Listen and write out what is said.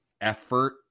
effort